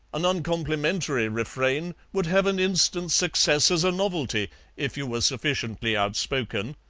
an uncomplimentary refrain would have an instant success as a novelty if you were sufficiently outspoken.